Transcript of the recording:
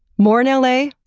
more in l a?